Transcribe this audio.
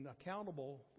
accountable